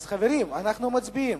חברים, אנחנו מצביעים.